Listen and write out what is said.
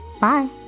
Bye